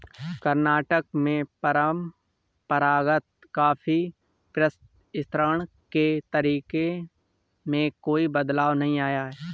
कर्नाटक में परंपरागत कॉफी प्रसंस्करण के तरीके में कोई बदलाव नहीं आया है